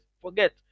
forget